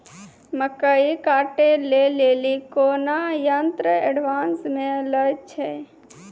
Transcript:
मकई कांटे ले ली कोनो यंत्र एडवांस मे अल छ?